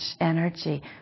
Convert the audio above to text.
energy